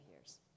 years